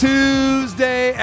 Tuesday